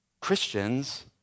Christians